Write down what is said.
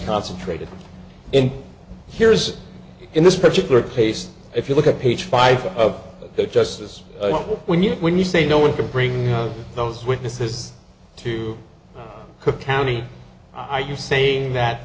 concentrated in here's in this particular case if you look at page five of the justices when you when you say no one can bring those witnesses to cook county i you saying that